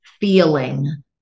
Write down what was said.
feeling